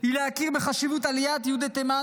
היא להכיר בחשיבות עליית יהודי תימן